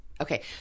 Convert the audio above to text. Okay